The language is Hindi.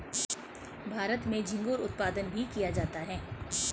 भारत में झींगुर उत्पादन भी किया जाता है